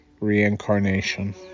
Reincarnation